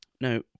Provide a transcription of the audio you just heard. Now